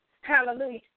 Hallelujah